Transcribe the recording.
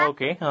Okay